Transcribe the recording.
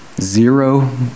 zero